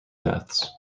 deaths